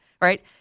right